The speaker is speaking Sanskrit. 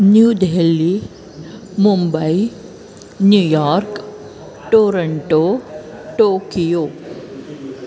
new Delhi Mumbai New York Toronto Tokyo